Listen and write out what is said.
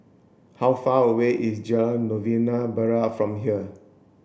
how far away is Jalan Novena Barat from here